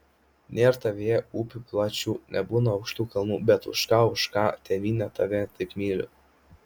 nėr tavyje upių plačių nebūna aukštų kalnų bet už ką už ką tėvyne tave taip myliu